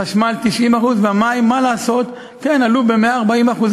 חשמל, ב-90%, והמים, מה לעשות, כן, עלו ב-140%.